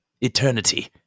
eternity